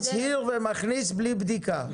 הצהיר ומכניס בלי בדיקה.